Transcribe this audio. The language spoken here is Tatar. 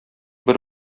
бер